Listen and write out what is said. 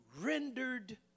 rendered